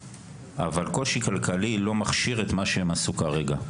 אבל קושי כלכלי לא מכשיר את מה שהם עשו כרגע,